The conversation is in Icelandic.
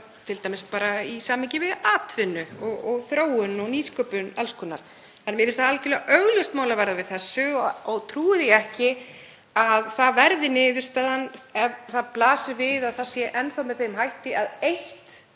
t.d. bara í sambandi við atvinnuþróun og nýsköpun alls konar. Mér finnst algerlega augljóst mál að við verðum við þessu og trúi því ekki að það verði niðurstaðan, ef það blasir við að það sé enn þá með þeim hætti, að eitt